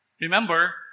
Remember